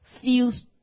feels